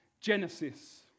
Genesis